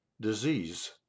disease